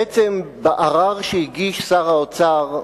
בעצם, בערר שהגיש שר האוצר,